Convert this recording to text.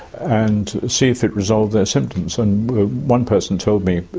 and see if it resolves their symptoms. and one person told me,